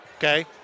Okay